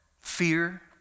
fear